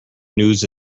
news